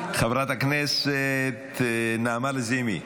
חברת הכנסת נעמה לזימי,